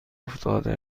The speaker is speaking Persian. افتاده